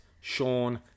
Sean